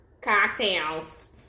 Cocktails